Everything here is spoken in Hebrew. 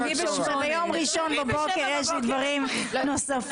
סייענו באיזו בדיקה השתמשנו.